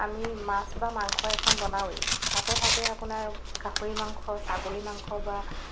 আমি মাছ বা মাংস এখন বনাওৱে তাতে থাকে আপোনাৰ গাহৰি মাংস ছাগলী মাংস বা